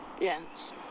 Yes